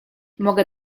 mogę